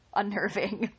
unnerving